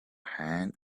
hand